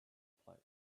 place